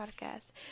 podcast